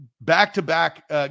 back-to-back